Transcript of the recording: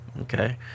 Okay